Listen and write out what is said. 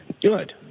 Good